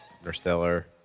Interstellar